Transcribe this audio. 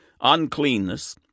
uncleanness